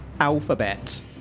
alphabet